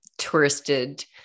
touristed